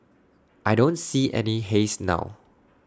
I don't see any haze now